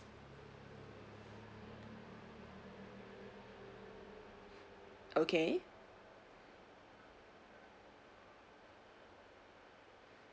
okay